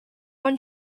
one